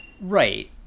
right